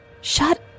Shut